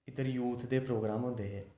इद्धर यूथ दे प्रोग्राम होंदे हे